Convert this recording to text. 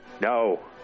No